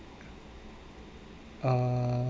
uh